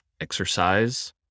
exercise